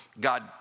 God